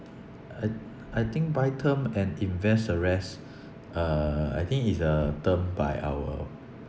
I I think buy term and invest the rest uh I think it's a term by our